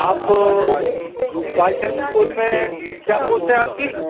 آپ بال شرم اسکول میں کیا پوسٹ ہے آپ کی